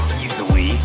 easily